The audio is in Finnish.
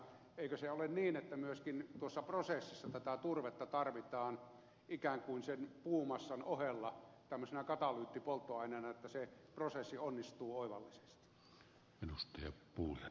eikö se ole niin että myöskin tuossa prosessissa tätä turvetta tarvitaan ikään kuin sen puumassan ohella tällaisena katalyyttipolttoaineena että se prosessi onnistuu oivallisesti